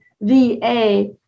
VA